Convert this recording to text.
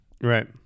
right